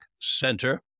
Center